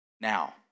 Now